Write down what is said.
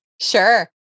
Sure